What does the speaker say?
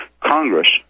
Congress